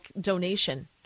donation